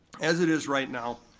as it is right now,